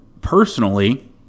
personally